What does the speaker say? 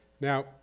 Now